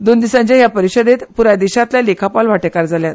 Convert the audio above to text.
दोन दिसांच्या ह्या परिशदेंत पुराय देशांतले लेखापाल वांटेकार जाल्यात